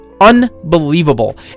unbelievable